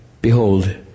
behold